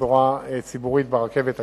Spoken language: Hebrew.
בתחבורה ציבורית, ברכבת הקלה.